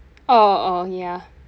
oh oh ya